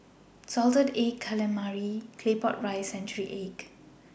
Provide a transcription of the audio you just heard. Salted Egg Calamari Claypot Rice and Century Egg